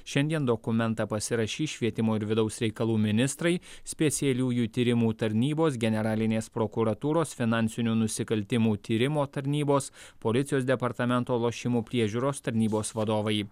šiandien dokumentą pasirašys švietimo ir vidaus reikalų ministrai specialiųjų tyrimų tarnybos generalinės prokuratūros finansinių nusikaltimų tyrimo tarnybos policijos departamento lošimų priežiūros tarnybos vadovai